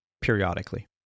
periodically